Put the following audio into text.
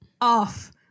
off